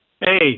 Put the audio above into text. Hey